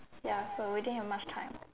ya so we didn't have much time